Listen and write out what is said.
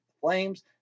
Flames